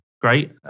Great